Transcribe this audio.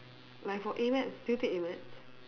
like for A maths did you take A maths